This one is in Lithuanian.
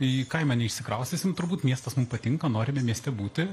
į kaimą neišsikraustysim turbūt miestas mum patinka norime mieste būti